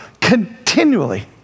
continually